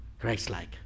Christ-like